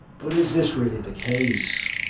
but is this really the case?